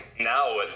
now